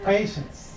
Patience